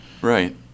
Right